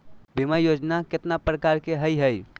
बीमा योजना केतना प्रकार के हई हई?